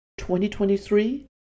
2023